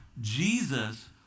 Jesus